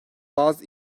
bazı